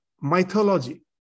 mythology